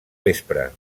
vespre